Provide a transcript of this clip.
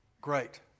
Great